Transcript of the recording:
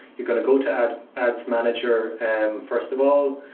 you gonna go to ads ads manager. and first of all,